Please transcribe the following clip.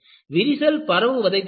விரிசல் பரவுவதை தடுக்கும்